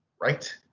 right